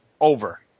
over